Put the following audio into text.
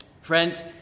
Friends